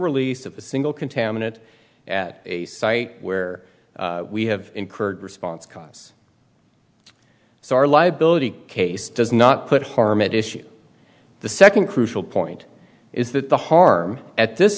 release of a single contaminant at a site where we have incurred response costs so our liability case does not put harm it issue the second crucial point is that the harm at this